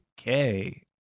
okay